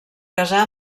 casar